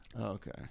Okay